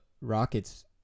Rockets